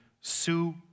Sue